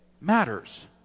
matters